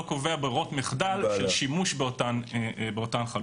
קובע ברירות מחדל של שימוש באותן חלופות.